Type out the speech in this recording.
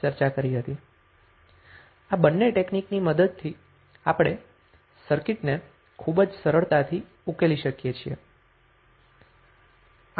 આ બંને ટેક્નિકની મદદથી આપણે સર્કિટ ને ખૂબ જ સરળતાથી ઉકેલી શકીએ છીએ